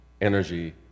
energy